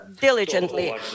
diligently